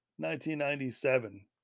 1997